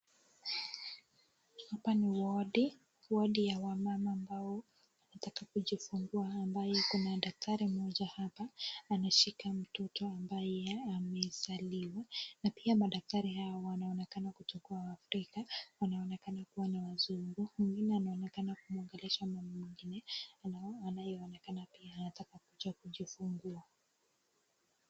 Hapa ni ward , ward ya wamama ambao wanataka kujifungua, ambaye kuna daktari mmoja hapa anashika mtoto ambaye amezaliwa. Na pia madaktari hawa wanaonekana kutokuwa Waafrika, wanaonekana kuwa ni wazungu. Mwingine anaonekana kumwongelesha mama mwingine ambaye anaonekana pia anataka kujifungua.